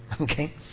Okay